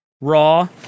Raw